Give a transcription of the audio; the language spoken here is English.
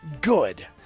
Good